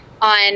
on